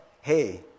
hey